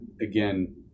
again